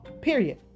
period